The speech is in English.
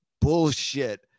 bullshit